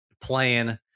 playing